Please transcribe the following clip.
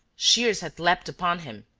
shears had leapt upon him.